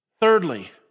Thirdly